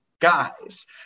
guys